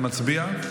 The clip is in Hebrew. אנחנו נצביע.